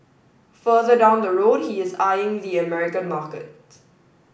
further down the road he is eyeing the American market